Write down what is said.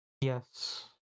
Yes